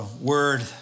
word